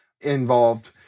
involved